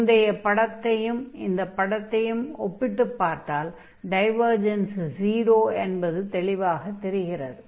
முந்தைய படத்தையும் இந்தப் படத்தையும் ஒப்பிட்டுப் பார்த்தால் டைவர்ஜன்ஸ் 0 என்பது தெளிவாகத் தெரிகிறது